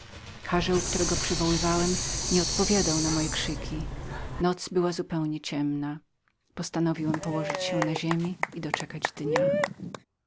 karzeł którego przywoływałem nie odpowiadał na moje krzyki noc była zupełnie ciemną postanowiłem położyć się na ziemi i doczekać dnia